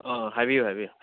ꯑꯥ ꯍꯥꯏꯕꯤꯌꯨ ꯍꯥꯏꯕꯤꯌꯨ